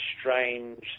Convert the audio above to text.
strange